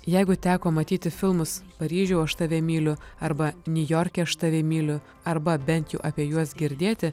jeigu teko matyti filmus paryžiau aš tave myliu arba niujorke aš tave myliu arba bent jau apie juos girdėti